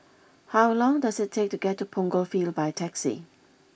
how long does it take to get to Punggol Field by taxi